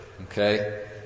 Okay